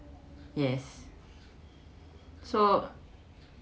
yes so